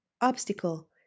obstacle